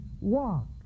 walk